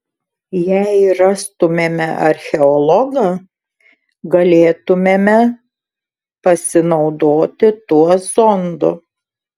jei rastumėme archeologą galėtumėme pasinaudoti tuo zondu